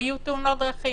יהיו פחות תאונות דרכים,